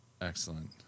Excellent